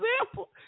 example